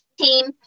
team